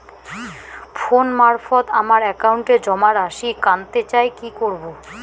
Phone মারফত আমার একাউন্টে জমা রাশি কান্তে চাই কি করবো?